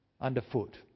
underfoot